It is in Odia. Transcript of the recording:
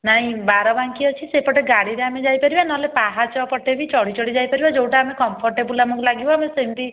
ନାଇଁ ବାରବାଙ୍କି ଅଛି ସେପଟେ ଗାଡ଼ିରେ ଆମେ ଯାଇପାରିବା ନହେଲେ ପାହାଚ ପଟେ ବି ଚଢ଼ି ଚଢ଼ି ଯାଇପାରିବା ଯୋଉଟା ଆମେ କମ୍ଫର୍ଟେବୁଲ୍ ଆମକୁ ଲାଗିବ ଆମେ ସେମିତି ସେଇପଟେ